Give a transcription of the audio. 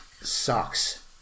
sucks